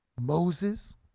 Moses